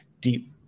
deep